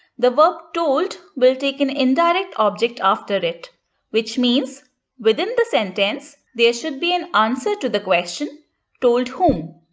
the verb told will take an indirect object after it which means within the sentence there should be an answer to the question told whom.